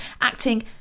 acting